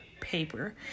paper